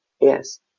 Yes